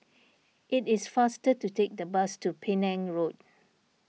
it is faster to take the bus to Penang Road